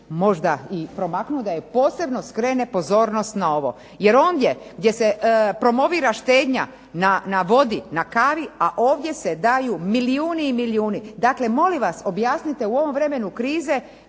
možda i promaknuo da joj posebno skrene pozornost na ovo jer ondje gdje se promovira štednja na vodi, na kavi a ovdje se daju milijuni i milijuni. Dakle, molim vas objasnite u ovom vremenu krize